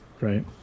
right